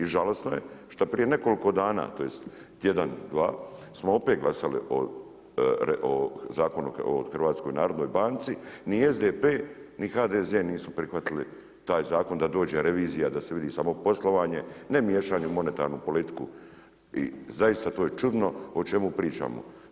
I žalosno je šta prije nekoliko dana tj. tjedan, dva smo opet glasali o zakonu o HNB-u, ni SDP ni HDZ nisu prihvatili taj zakon da dođe revizija da se vidi samo poslovanje, ne miješanje u monetarnu politiku i zaista to je čudno o čemu pričamo.